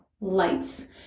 lights